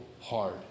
hard